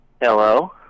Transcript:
Hello